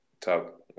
top